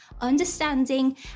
understanding